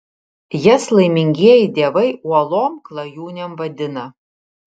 jas laimingieji dievai uolom klajūnėm vadina